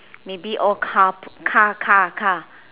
maybe all car car car car